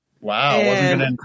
Wow